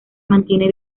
mantienen